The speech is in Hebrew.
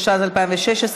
התשע"ז 2016,